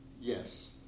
yes